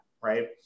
right